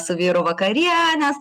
su vyru vakarienės